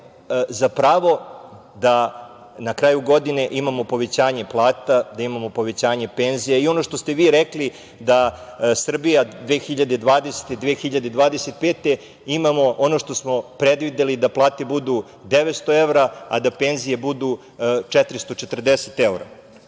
za pravo da na kraju godine imamo povećanje plata, da imamo povećanje penzija. I ono što ste vi rekli da „Srbija 2025“ imamo ono što smo predvideli da plate budu 900 evra, a da penzije budu 440